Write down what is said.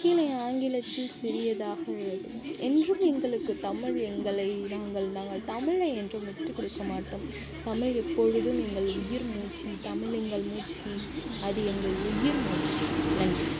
கீழே ஆங்கிலத்தில் சிறியதாக உள்ளது என்றும் எங்களுக்கு தமிழ் எங்களை நாங்கள் நாங்கள் தமிழை என்றும் விட்டுக்கொடுக்க மாட்டோம் தமிழ் எப்பொழுதும் எங்கள் உயிர்மூச்சு தமிழ் எங்கள் மூச்சு அது எங்கள் உயிர் மூச்சு நன்றி